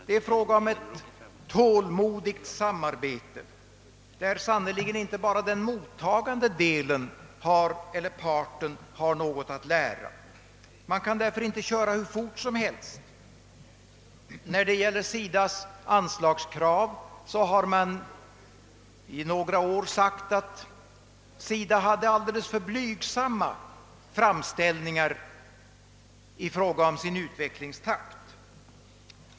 Det blir fråga om ett tålmodigt samarbete där sannerligen inte bara den mottagande parten har något att lära. Det går därför inte att köra hur fort som helst. När det gäller SIDA:s anslagskrav har man under några år sagt att SIDA gjort alldeles för blygsamma framsteg i fråga om sin utvecklingstakt.